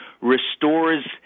restores